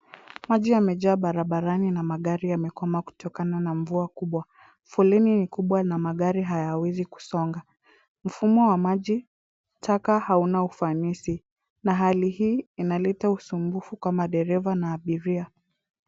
Maji yamejaa barabarani na magari yamekwama kutokana na mvua kubwa. Foleni ni kubwa na magari hayawezi kusonga. Mfumo wa maji taka hauna ufanisi na hali hii inaleta usumbufu kwa madereva na abiria.